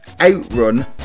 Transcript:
outrun